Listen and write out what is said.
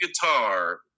guitar